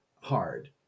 hard